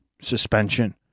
suspension